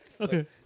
Okay